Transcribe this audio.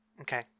okay